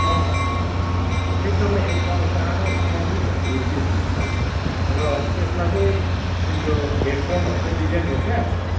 अँ अँ अँ एकदमै एकदमै टाडो सम्म नि हेजी हुँदैन र यसमा चाहिँ तिम्रो हेडफोनहरू चाहिँ दिँदैन रहेछ है आजकल